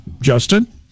Justin